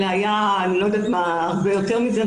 אלא הרבה יותר מזה.